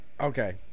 okay